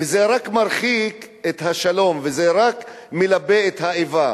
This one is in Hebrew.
וזה רק מרחיק את השלום, וזה רק מלבה את האיבה.